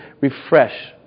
refresh